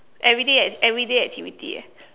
everyday act~ everyday activity eh